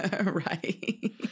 Right